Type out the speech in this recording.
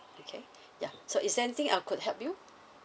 okay ya so is there anything I could help you